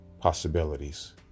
possibilities